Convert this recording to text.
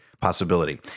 possibility